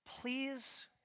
Please